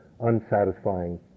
unsatisfying